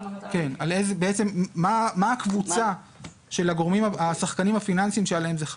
בעצם מה הקבוצה של השחקנים הפיננסיים שעליהם זה חל.